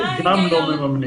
גם לא מממנים.